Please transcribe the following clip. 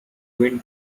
twin